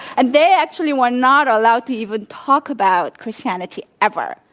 and they actually were not allowed to even talk about christianity ever.